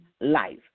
life